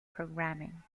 programming